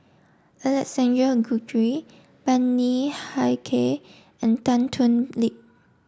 Alexander Guthrie Bani Haykal and Tan Thoon Lip